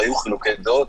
והיו חילוקי דעות,